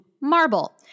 marble